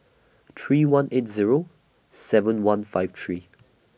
three one eight Zero seven one five three